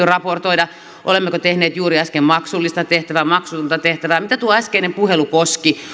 raportoida olemmeko tehneet juuri äsken maksullista tehtävää maksutonta tehtävää mitä tuo äskeinen puhelu koski